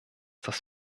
das